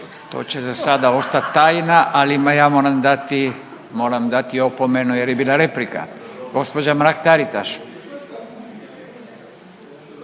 To će za sada ostat tajna ali vam ja moram dati, moram dati opomenu jer je bila replika. Gospođa Mrak Taritaš.